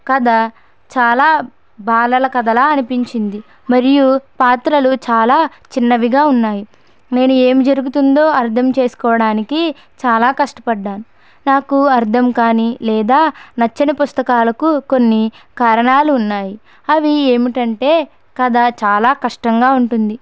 కథ చాలా బాలల కథలా అనిపించింది మరియు పాత్రలు చాలా చిన్నవిగా ఉన్నాయి నేను ఏం జరుగుతుందో అర్థం చేసుకోడానికి చాలా కష్టపడ్డాను నాకు అర్థం కానీ లేదా నచ్చని పుస్తకాలకు కొన్ని కారణాలు ఉన్నాయి అవి ఏమిటంటే కథ చాలా కష్టంగా ఉంటుంది